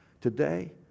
Today